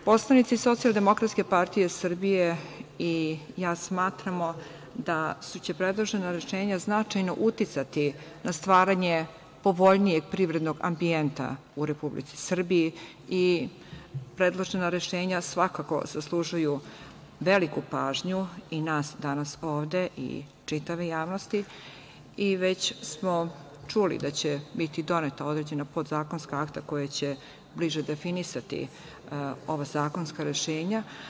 Poslanici SDPS i ja smatramo da će predložena rešenja značajno uticati na stvaranje povoljnijeg privrednog ambijenta u Republici Srbiji i predložena rešenja svakako zaslužuju veliku pažnju i nas danas ovde i čitave javnosti i već smo čuli da će biti doneta određena podzakonska akta koja će bliže definisati ova zakonska rešenja.